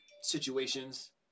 situations